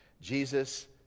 Jesus